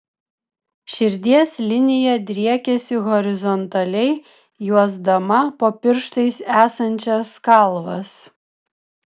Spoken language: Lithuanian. širdies linija driekiasi horizontaliai juosdama po pirštais esančias kalvas